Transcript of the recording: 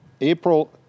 April